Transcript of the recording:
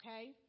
Okay